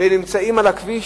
והם נמצאים על הכביש,